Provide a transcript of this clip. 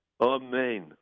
Amen